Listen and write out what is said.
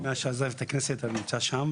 מאז שעזבתי את הכנסת אני נמצא שם,